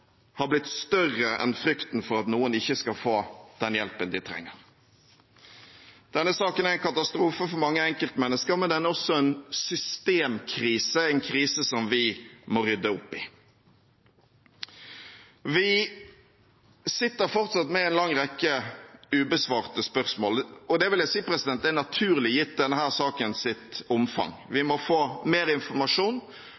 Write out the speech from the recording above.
har blitt større enn frykten for at noen ikke skal få den hjelpen de trenger. Denne saken er en katastrofe for mange enkeltmennesker, men den er også en systemkrise, en krise som vi må rydde opp i. Vi sitter fortsatt med en lang rekke ubesvarte spørsmål, og det vil jeg si er naturlig, gitt